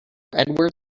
edward